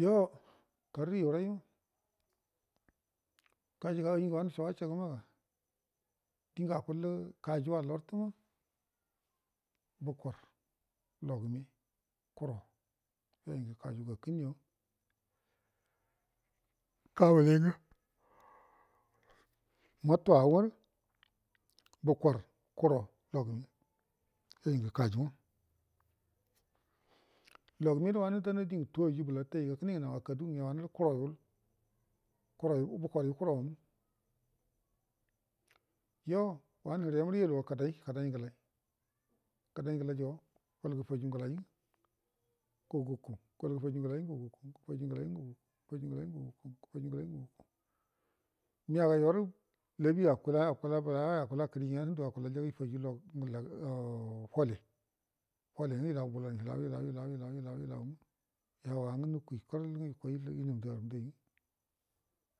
Yo karrə yurai nga karrə yurai nga ai ngə wanə sho wachagə magə dingə akullə kayuwa larətəma bukor logume kuvo yo kaju gakəunə ima kuwingə muto awvarə bukor kuro logume yoi ngə kajuma logumedo wannə dana dingə tuwo rə bəlafiga nawa kaduga nya kuro yu kuro bukanya kulayan yo wawa hire marə yaluwa kədai kədai ngəlai jo gol gəfaju ngəlai ngə ga guku gol gəfaju ngəlai nga gu kjukagol gəfaju ngəlai nga gu guku gəfaju ngəlau nga gu guku imarə labi akala akula kəri ngama ifaju ngundə a'a'a kole nga illau bud nilau ilau ilau ilau nga nuku chirə ilan